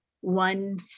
one